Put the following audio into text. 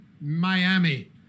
Miami